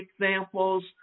examples